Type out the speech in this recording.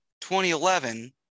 2011